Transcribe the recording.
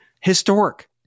historic